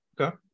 Okay